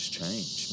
change